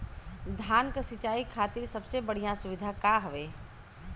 धान क सिंचाई खातिर सबसे बढ़ियां सुविधा का हवे?